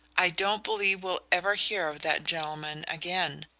i don't believe we'll ever hear of that gentleman again,